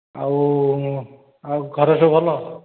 ଆଉ ଆଉ ଘରେ ସବୁ ଭଲ